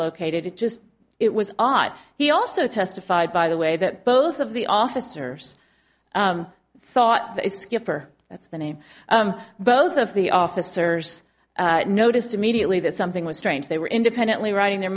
located it just it was odd he also testified by the way that both of the officers thought the skipper that's the name both of the officers noticed immediately that something was strange they were independently riding their